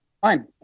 fine